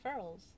referrals